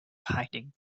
hiding